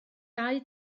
dau